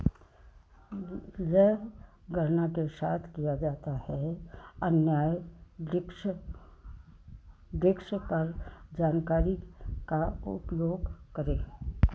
यह गणना के साथ किया जाता है अन्याय डिक्स डिक्स पर जानकारी का उपयोग करे